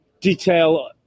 detail